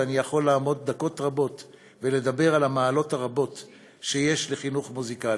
ואני יכול לעמוד דקות רבות ולדבר על המעלות הרבות שיש לחינוך מוזיקלי,